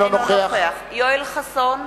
אינו נוכח יואל חסון,